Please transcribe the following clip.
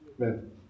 Amen